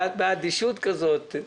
ואת באדישות כזאת...